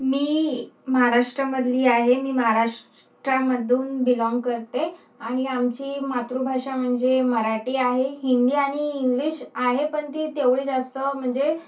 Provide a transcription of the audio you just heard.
मी महाराष्ट्रामधली आहे मी महाराष्ट्रामधून बिलॉन्ग करते आणि आमची मातृभाषा म्हणजे मराठी आहे हिंदी आणि इंग्लिश आहे पण ती तेवढी जास्त म्हणजे